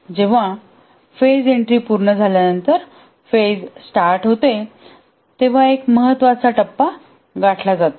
जेव्हा फेजएन्ट्री पूर्ण झाल्यानंतर फेज स्टार्ट होते तेव्हा एक महत्त्वाचा टप्पा गाठला जातो